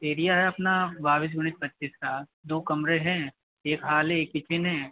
area है अपना बारह पच्चिस का दो कमरे हैं एक हाल है एक किचेन है